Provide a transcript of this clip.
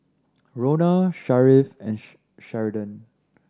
Rhona Sharif and Sheridan